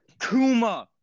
Kuma